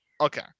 okay